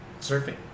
surfing